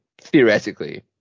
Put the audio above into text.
theoretically